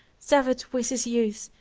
severed with his youth,